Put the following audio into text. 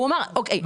הוא אמר, אוקיי.